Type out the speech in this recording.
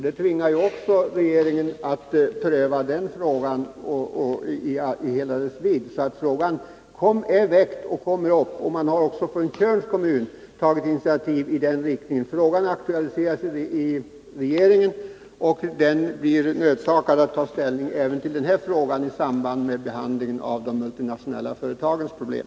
Det tvingar regeringen att pröva frågan i hela dess vidd. Frågan är väckt och kommer upp, och man har även från Tjörns kommun tagit initiativ i denna riktning. Jag upprepar att frågan är aktualiserad i regeringen, och regeringen får pröva även den i samband med behandlingen av de multinationella företagens problem.